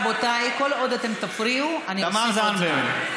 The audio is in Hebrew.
רבותיי, כל עוד אתם תפריעו, אני אוסיף עוד זמן.